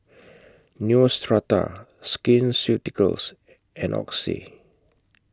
Neostrata Skin Ceuticals and Oxy